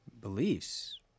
Beliefs